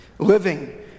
Living